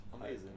amazing